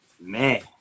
Man